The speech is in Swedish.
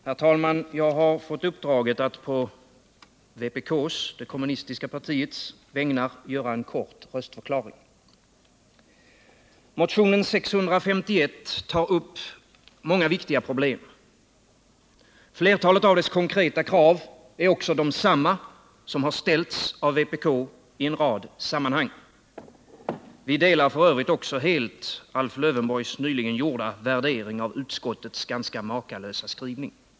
Herr talman! Jag har fått uppdraget att på vpk:s, det kommunistiska partiets, vägnar göra en kort röstförklaring. Motionen 651 tar upp många viktiga problem. Flertalet av dess konkreta krav är desamma som har ställts av vpk i en rad sammanhang. Vi delar f. ö. helt Alf Lövenborgs nyligen gjorda värdering av utskottets ganska makalösa skrivning.